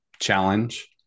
challenge